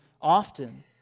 often